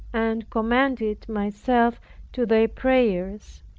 and commended myself to their prayers.